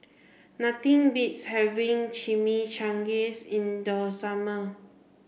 nothing beats having Chimichangas in the summer